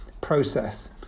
process